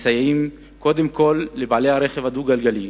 מסייעים קודם כול לבעלי הרכב הדו-גלגלי,